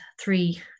three